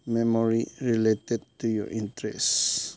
memory related to your interest